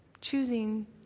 choosing